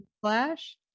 flash